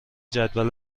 جدول